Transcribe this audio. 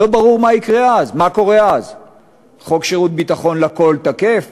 לא ברור מה קורה אז, חוק שירות ביטחון לכול תקף?